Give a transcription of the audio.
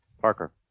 Parker